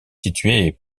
situé